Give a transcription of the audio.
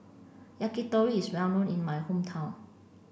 Yakitori is well known in my hometown